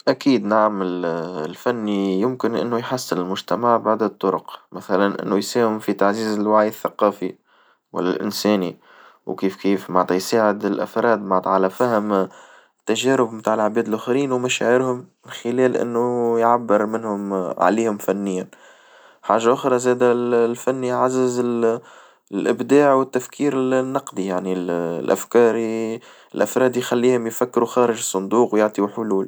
اكيد نعم الفن يمكن إنه يحسن المجتمع بعدة طرق، مثلًا إنه يساهم في تعزيز الوعي الثقافي والإنساني، وكيف كيف معنتا يساعد الأفراد معنتا على فهم تجارب متاع العباد الآخرين ومشاعرهم من خلال إنه يعبر منهم عليهم فنيًا حاجة أخرى زادا الفن يعزز الإبداع والتفكير النقدي يعني الأفكار الأفراد يخليهم يفكروا خارج الصندوق ويعطيهم حلول.